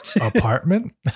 apartment